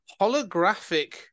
holographic